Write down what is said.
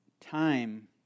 time